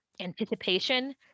anticipation